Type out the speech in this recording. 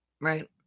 Right